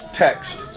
text